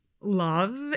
love